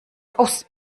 aus